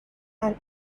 and